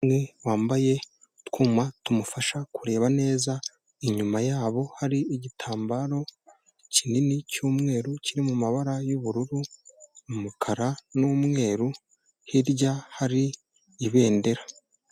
Umwe wambaye utwuma tumufasha kureba neza inyuma yabo hari igitambaro kinini cy'umweru kiri mumabara y'ubururu ,umukara n'umweru hirya hari ibendera.